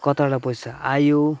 कताबाट पैसा आयो